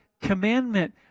commandment